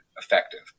effective